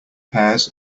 pears